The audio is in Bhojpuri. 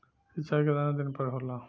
सिंचाई केतना दिन पर होला?